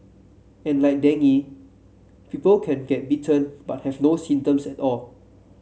and like dengue people can get bitten but have no symptoms at all